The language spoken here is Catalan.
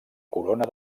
corona